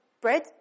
bread